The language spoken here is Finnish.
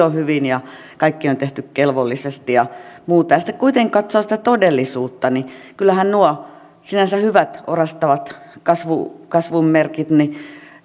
on hyvin ja kaikki on tehty kelvollisesti ja muuta sitten kuitenkin kun katsoo sitä todellisuutta niin kyllähän nuo sinänsä hyvät orastavat kasvun merkit